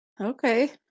okay